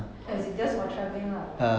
as in just for travelling lah